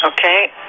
Okay